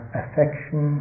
affection